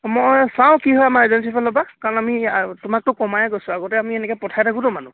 মই চাওঁ কি হয় আমাৰ এজেঞ্চিৰ ফালৰ পৰা কাৰণ আমি তোমাকতো কমায়ে কৈছোঁ আগতে আমি এনেকৈ পঠাই থাকোঁতো মানুহ